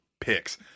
picks